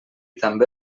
també